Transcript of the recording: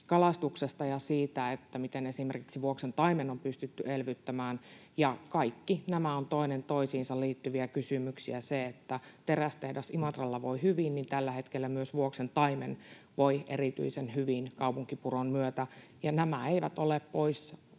kalastuksesta ja siitä, miten esimerkiksi Vuoksen taimen on pystytty elvyttämään. Kaikki nämä ovat toinen toisiinsa liittyviä kysymyksiä. Se, että terästehdas Imatralla voi hyvin, niin tällä hetkellä myös Vuoksen taimen voi erityisen hyvin kaupunkipuron myötä. Nämä eivät ole pois